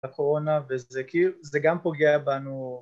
הקורונה, וזה כאילו, זה גם פוגע בנו